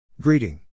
Greeting